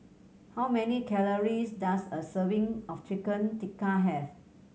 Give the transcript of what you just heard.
how many calories does a serving of Chicken Tikka have